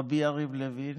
רבי יריב לוין